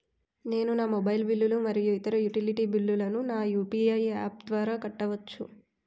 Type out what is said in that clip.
నేను నా మొబైల్ బిల్లులు మరియు ఇతర యుటిలిటీ బిల్లులను నా యు.పి.ఐ యాప్ ద్వారా కట్టవచ్చు